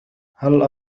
هلّا